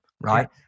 right